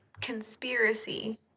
conspiracy